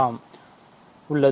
ஆம் உள்ளது